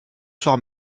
soir